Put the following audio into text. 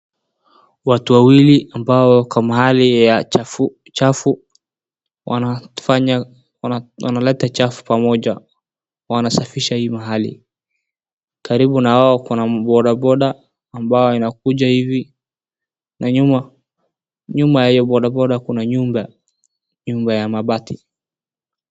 Watu wawili ambao wako mahali ya chaf, wanasanya, wanaleta chafu pamoja, wanasafisha hii mahali. Karibu nao kuna bodaboda ambayo inakuja hivi na nyuma ya hiyo bodaboda kuna nyumba ya mabati.